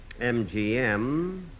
MGM